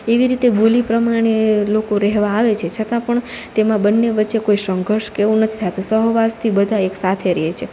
એવી રીતે બોલી પ્રમાણે લોકો રહેવા આવે છે છતાં પણ તેમાં બંને વચ્ચે કોઈ સંઘર્ષ કે એવું નથી થાતું સહવાસથી બધા એક સાથે રે છે